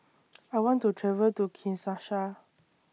I want to travel to Kinshasa